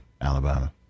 Alabama